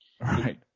Right